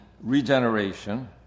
regeneration